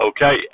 Okay